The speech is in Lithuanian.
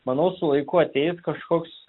manau su laiku ateis kažkoks